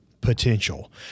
potential